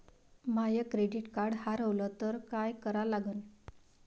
माय credit card हारवलं तर काय करा लागन?